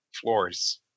Floors